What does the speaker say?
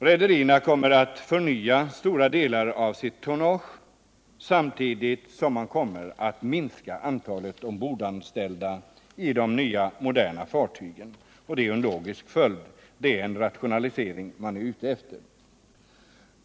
Rederierna kommer att förnya stora delar av sitt tonnage — samtidigt som de kommer att minska antalet ombordanställda i de nya moderna fartygen. Det är en logisk följd — det är ju en rationalisering man är ute efter.